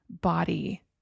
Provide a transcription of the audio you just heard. body